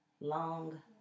long